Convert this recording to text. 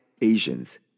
Asians